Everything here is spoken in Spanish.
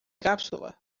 cápsula